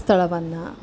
ಸ್ಥಳವನ್ನು